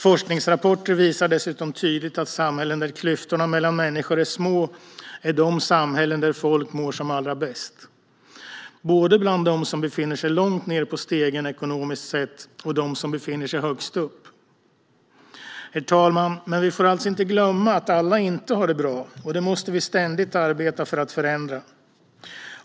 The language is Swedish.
Forskningsrapporter visar dessutom tydligt att de samhällen där klyftorna mellan människor är små är de samhällen där folk mår som allra bäst - både bland dem som befinner sig långt ned på stegen ekonomiskt sett och bland dem som befinner sig högst upp. Herr talman! Men vi får alltså inte glömma att alla inte har det bra, och det måste vi ständigt arbeta för att förändra.